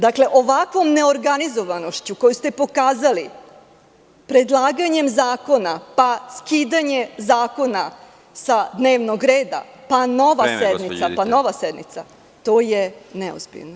Dakle, ovakvom neorganizovanošću koju ste pokazali predlaganjem zakona, skidanjem zakona sa dnevnog reda, pa nova sednica, to je neozbiljno.